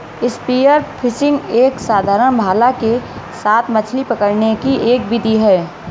spear phishing एक साधारण भाला के साथ मछली पकड़ने की एक विधि है